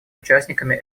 участниками